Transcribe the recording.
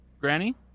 Granny